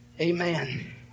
Amen